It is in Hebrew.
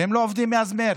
והם לא עובדים מאז מרץ.